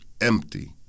empty